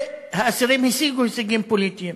והאסירים השיגו הישגים פוליטיים.